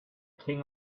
king